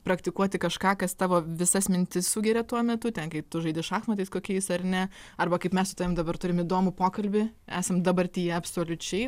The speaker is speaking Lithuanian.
praktikuoti kažką kas tavo visas mintis sugeria tuo metu ten kai tu žaidi šachmatais kokiais ar ne arba kaip mes su tavim dabar turim įdomų pokalbį esam dabartyje absoliučiai